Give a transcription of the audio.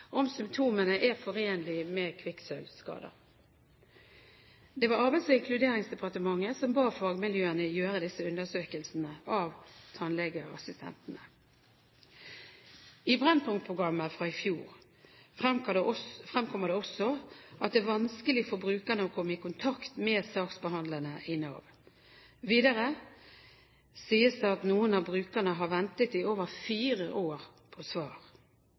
om symptomene er forenlig med kvikksølvskader. Det var Arbeids- og inkluderingsdepartementet som ba fagmiljøene gjøre disse undersøkelsene av tannlegeassistentene. I Brennpunkt-programmet fra i fjor fremkommer det også at det er vanskelig for brukerne å komme i kontakt med saksbehandlerne i Nav. Videre sies det at noen av brukerne har ventet i over fire år på svar,